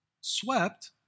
swept